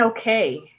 okay